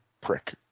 prick